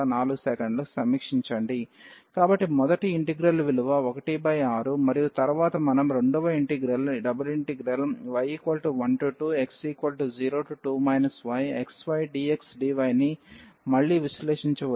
కాబట్టి మొదటి ఇంటిగ్రల్ విలువ 16 మరియు తరువాత మనం రెండవ ఇంటిగ్రల్ y12x02 yxydxdy ని మళ్లీ విశ్లేషించవచ్చు